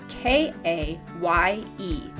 k-a-y-e